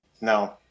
no